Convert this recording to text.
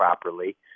properly